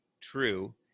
true